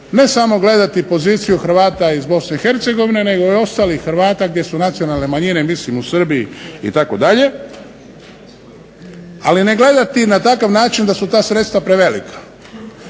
ne samo gledati poziciju Hrvata iz Bosne i Hercegovine nego i ostalih Hrvata gdje su nacionalne manjine, mislim u Srbiji itd., ali ne gledati na takav način da su ta sredstva prevelika